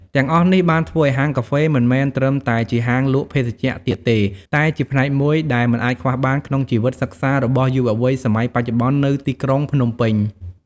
ទាំងអស់នេះបានធ្វើឱ្យហាងកាហ្វេមិនមែនត្រឹមតែជាហាងលក់ភេសជ្ជៈទៀតទេ តែជាផ្នែកមួយដែលមិនអាចខ្វះបានក្នុងជីវិតសិក្សារបស់យុវវ័យសម័យបច្ចុប្បន្ននៅទីក្រុងភ្នំពេញ។